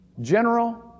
General